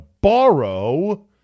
borrow